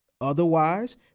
Otherwise